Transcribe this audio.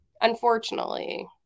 Unfortunately